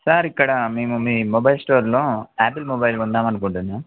sir ఇక్కడ మేము మీ మొబైల్ స్టోర్లో యాపిల్ మొబైల్ కొందామనుకుంటున్నాం